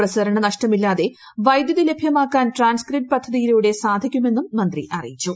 പ്രസരണ നഷ്ടമില്ലാതെ വൈദ്യുതി ലഭ്യമാക്കാൻ ട്രാൻസ്ഗ്രിഡ് പദ്ധതിയിലൂടെ സാധിക്കുമെന്നും മന്ത്രി അറിയിച്ചു